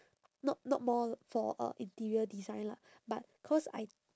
not not more for uh interior design lah but cause I